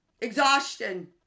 exhaustion